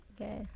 okay